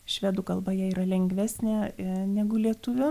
švedų kalba jai yra lengvesnė negu lietuvių